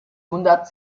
hundert